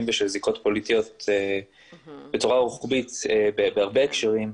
ושל זיקות פוליטיות בצורה רוחבית בהרבה הקשרים,